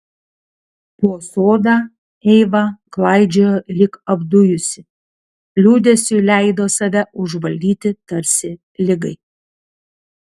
po sodą eiva klaidžiojo lyg apdujusi liūdesiui leido save užvaldyti tarsi ligai